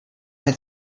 had